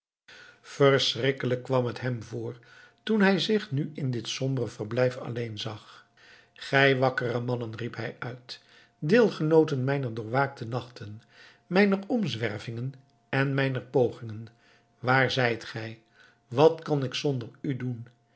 verschrikkelijk kwam het hem voor toen hij zich nu in dit sombere verblijf alleen zag gij wakkere mannen riep hij uit deelgenooten mijner doorwaakte nachten mijner omzwervingen en mijner pogingen waar zijt gij wat kan ik zonder u doen